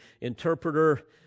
interpreter